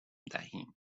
دهیم